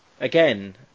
again